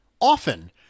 often